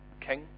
king